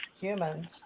humans